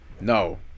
No